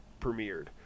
premiered